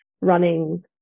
running